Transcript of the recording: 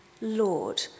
Lord